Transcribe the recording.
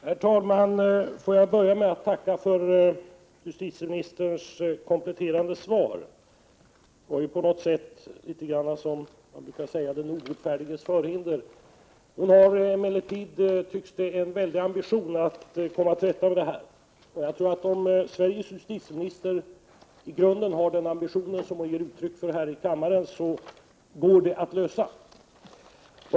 Herr talman! Jag vill börja med att tacka för justitieministerns kompletterande svar. Det var litet grand av den obotfärdiges förhinder. Hon tycks emellertid ha en stor ambition att komma till rätta med detta, och om Sveriges justitieminister i grunden har den ambition som hon ger uttryck för här i kammaren, tror jag att detta går att lösa.